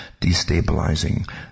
destabilizing